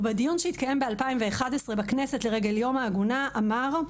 ובדיון שהתקיים ב-2011 בכנסת לרגל יום העגונה אמר,